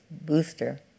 booster